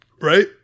Right